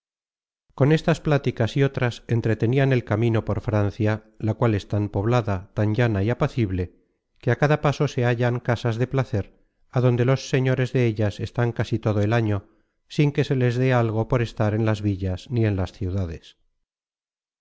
con estas pláticas y otras entretenian el camino por francia la cual es tan poblada tan llana y apacible que á cada paso se hallan casas de placer adonde los señores de ellas están casi todo el año sin que se les dé algo por estar en las villas ni en las ciudades